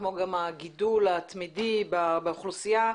כמו גם הגידול התמידי באוכלוסייה,